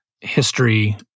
history